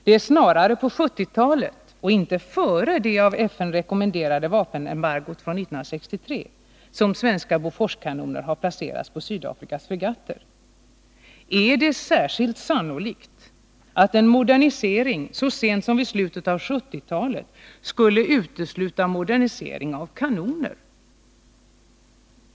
Det är snarare på 1970-talet och inte före det av FN rekommenderade vapenembargot från 1963 som svenska Boforskanoner placerats på sydafrikanska fregatter. Är det särskilt sannolikt att en modernisering så sent som vid slutet av 1970-talet skulle utesluta modernisering av kanoner?